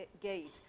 gate